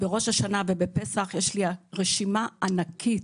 בראש השנה ובפסח יש לי רשימה ענקית